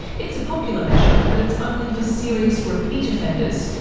it's a popular measure but it's only for serious repeat offenders,